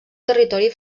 territori